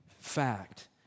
fact